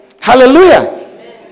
Hallelujah